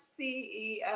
CEO